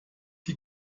die